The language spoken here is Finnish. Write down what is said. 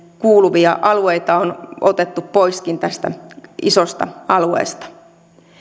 kuuluvia alueita on otettu poiskin tästä isosta alueesta